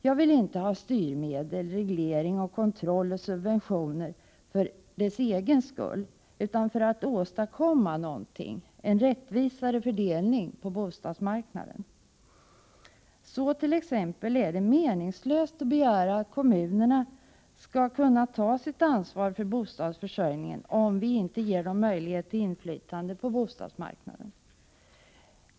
Jag vill inte ha styrmedel, reglering, kontroll och subventioner för deras egen skull utan för att åstadkomma någonting — en rättvisare fördelning på bostadsmarknaden. Så t.ex. är det meningslöst att begära att kommunerna skall kunna ta sitt ansvar för bostadsförsörjningen, om vi inte ger dem möjlighet till inflytande på bostadsmarknaden.